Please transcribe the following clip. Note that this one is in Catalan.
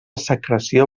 secreció